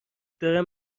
دارم